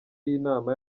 y‟inama